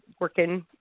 working